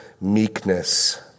meekness